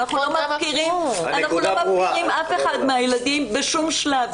אנחנו לא מפקירים אף אחד מהילדים בשום שלב.